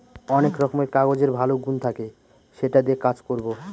অনেক রকমের কাগজের ভালো গুন থাকে সেটা দিয়ে কাজ করবো